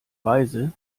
weise